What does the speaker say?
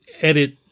edit